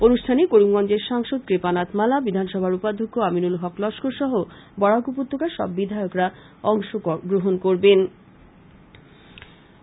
অনুষ্ঠানে করিমগঞ্জের সাংসদ কৃপানাথ মালাহ বিধানসভার উপাধ্যক্ষ আমিনুল হক লস্কর সহ বরাক উপত্যকার সব বিধায়করা অংশ গ্রহন করবেন